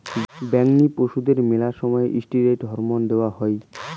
বেঙনি পশুদেরকে মেলা সময় ষ্টিরৈড হরমোন দেওয়া হই